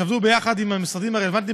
שעבדו ביחד עם המשרדים הרלוונטיים,